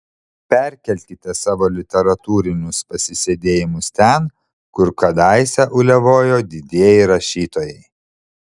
perkelkite savo literatūrinius pasisėdėjimus ten kur kadaise uliavojo didieji rašytojai